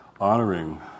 honoring